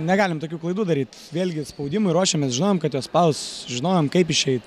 negalim tokių klaidų daryt vėlgi spaudimui ruošėmės žinojom kad jos spaus žinojom kaip išeit